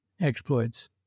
exploits